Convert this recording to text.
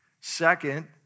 Second